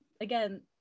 again